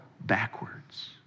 backwards